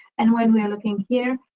and when we are looking here,